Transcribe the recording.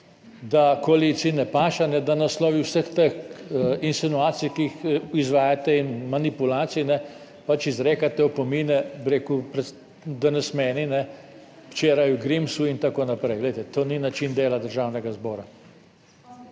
da koaliciji ne paše, da na osnovi vseh teh insinuacij, ki jih izvajate, in manipulacij pač izrekate opomine, bi rekel, danes meni, včeraj Grimsu in tako naprej. Glejte, to ni način dela Državnega zbora.